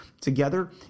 together